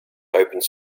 opened